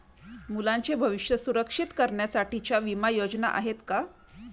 मुलांचे भविष्य सुरक्षित करण्यासाठीच्या विमा योजना आहेत का?